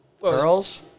Girls